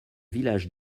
village